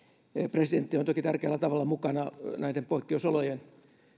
presidentti on toki tärkeällä tavalla mukana näiden poikkeusolojen